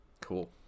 Cool